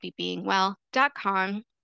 happybeingwell.com